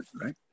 right